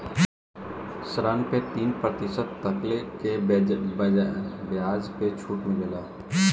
ऋण पे तीन प्रतिशत तकले के बियाज पे छुट मिलेला